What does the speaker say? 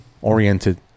oriented